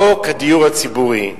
חוק הדיור הציבורי,